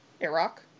Iraq